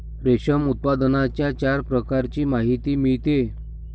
रेशीम उत्पादनाच्या चार प्रकारांची माहिती मिळते